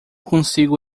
consigo